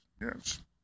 Yes